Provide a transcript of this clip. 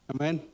Amen